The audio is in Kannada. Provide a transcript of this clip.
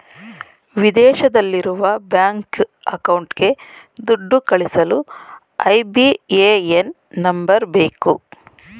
ವಿದೇಶದಲ್ಲಿರುವ ಬ್ಯಾಂಕ್ ಅಕೌಂಟ್ಗೆ ದುಡ್ಡು ಕಳಿಸಲು ಐ.ಬಿ.ಎ.ಎನ್ ನಂಬರ್ ಬೇಕು